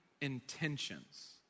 intentions